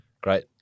great